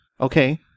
Okay